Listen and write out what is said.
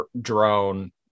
drone